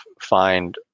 find